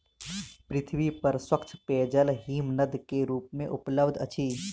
पृथ्वी पर स्वच्छ पेयजल हिमनद के रूप में उपलब्ध अछि